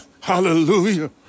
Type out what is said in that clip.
Hallelujah